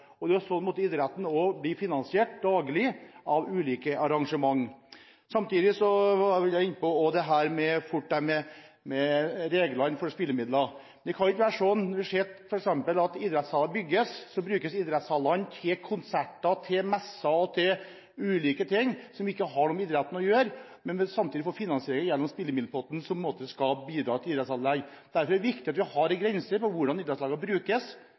Det er også sånn idretten daglig finansierer ulike arrangement. Jeg vil også inn på dette med reglene for spillemidler. Det kan ikke være sånn som vi har sett, at når idrettshaller bygges, brukes idrettshallene til konserter, messer og ulike ting som ikke har noe med idretten å gjøre, men at de samtidig får finansering gjennom spillemiddelpotten, som på en måte skal bidra til idrettsanlegg. Derfor er det viktig at vi har en grense for hvordan spillemidlene skal brukes